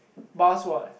bus what